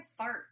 farts